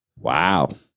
Wow